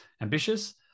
ambitious